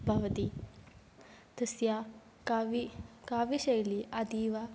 भवति तस्य काव्यं काव्यशैली अतीव